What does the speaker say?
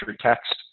text